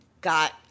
got